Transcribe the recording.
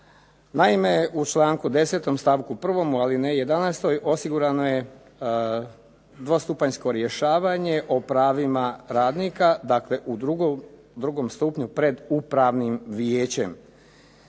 Naime, u članku 10. stavku 1. u alineji 11. osigurano je dvostupanjsko rješavanje o pravima radnika, dakle u drugom stupnju pred upravnim vijećem.